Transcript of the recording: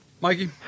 Mikey